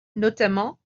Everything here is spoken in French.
notamment